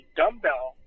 dumbbell